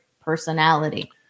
personality